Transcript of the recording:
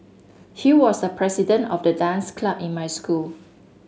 he was the president of the dance club in my school